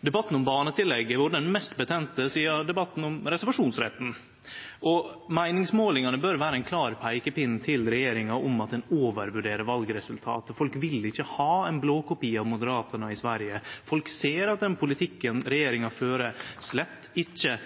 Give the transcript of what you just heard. Debatten om barnetillegget har vore den mest betente sidan debatten om reservasjonsretten. Meiningsmålingane bør vere ein klar peikepinn til regjeringa om at ein overvurderer valresultatet: Folk vil ikkje ha ein blåkopi av Moderaterna i Sverige. Folk ser at den politikken regjeringa fører, slett ikkje